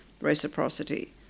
reciprocity